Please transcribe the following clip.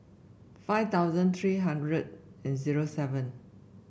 five thousand three hundred and zero seven